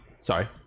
sorry